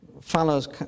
follows